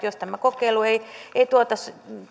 jos tämä kokeilu ei ei tuota